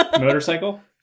motorcycle